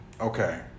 Okay